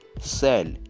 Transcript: sell